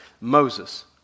Moses